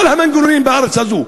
את כל המנגנונים בארץ הזאת,